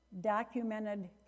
documented